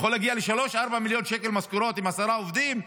זה יכול להגיע ל-3 4 מיליון שקל משכורות עם עשרה עובדים.